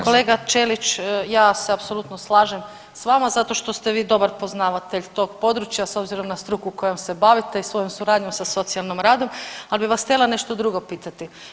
Kolega Ćelić ja se apsolutno slažem s vama zato što ste vi dobar poznavatelj tog područja s obzirom na struku kojom se bavite i svojom suradnjom sa socijalnom radu, ali bih vas htjela nešto drugo pitati.